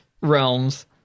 realms